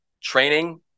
training